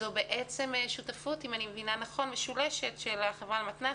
זו בעצם שותפות משולשת של החברה למתנ"סים,